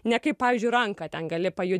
ne kaip pavyzdžiui ranką ten gali pajudint